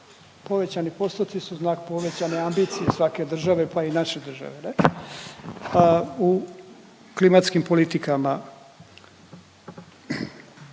povećani postoci su znak povećane ambicije svake države, pa i naše države. U klimatskim politikama,